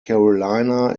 carolina